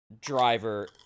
Driver